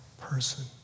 person